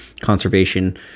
conservation